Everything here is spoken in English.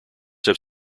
have